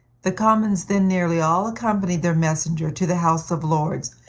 the commons then nearly all accompanied their messenger to the house of lords,